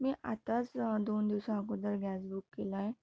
मी आताच दोन दिवसाअगोदर गॅस बुक केला आहे